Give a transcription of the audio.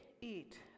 eat